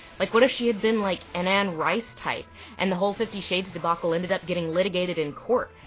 like, what if she had been like an anne rice type and the whole fifty shades debacle ended up getting litigated in court.